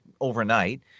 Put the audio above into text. overnight